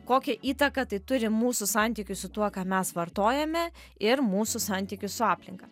kokią įtaką tai turi mūsų santykiui su tuo ką mes vartojame ir mūsų santykiui su aplinka